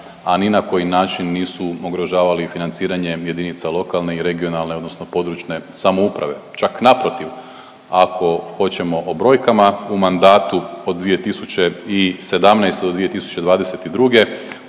a ni na koji način nisu ugrožavali financiranje jedinica lokalne i regionalne odnosno područne samouprave čak naprotiv ako hoćemo o brojkama u mandatu od 2017. do 2022.